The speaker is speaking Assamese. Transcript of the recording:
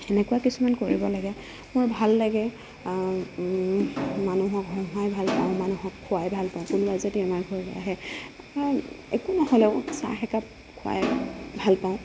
এনেকুৱা কিছুমান কৰিব লাগে ভাল লাগে মানুহক হহুৱাই ভাল পাওঁ মানুহক খোৱাই ভাল পাওঁ কোনোবাই যদি আমাৰ ঘৰলে আহে একো নহ'লেও চাহ একাপ খোৱাই ভাল পাওঁ